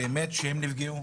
באמת שהם נפגעו.